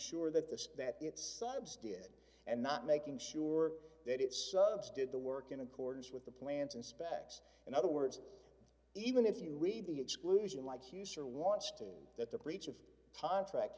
sure that this that it's subs did and not making sure that it's subs did the work in accordance with the plans and specs in other words even if you read the exclusion like user wants to that the breach of contract